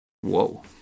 whoa